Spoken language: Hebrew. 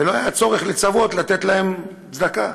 ולא היה צורך לצוות לתת להם צדקה.